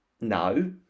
no